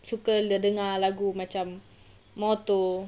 suka lah dengar lagu macam more to